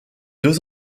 deux